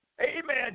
Amen